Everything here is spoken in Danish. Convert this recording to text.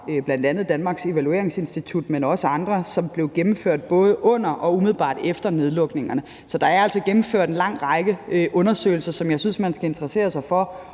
bl.a. Danmarks Evalueringsinstitut, men også andre, og det blev gennemført både under og umiddelbart efter nedlukningerne. Så der er altså gennemført en lang række undersøgelser, som jeg synes man skal interessere sig for